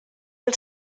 del